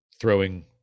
throwing